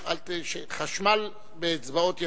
חשמל באצבעות ידיך,